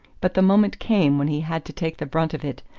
but the moment came when he had to take the brunt of it,